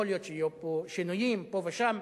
יכול להיות שיהיו פה שינויים, פה ושם,